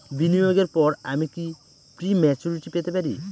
বিনিয়োগের পর আমি কি প্রিম্যচুরিটি পেতে পারি?